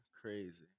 crazy